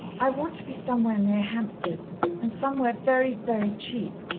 i want to be somewhere near hampstead and somewhere very, very cheap,